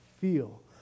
feel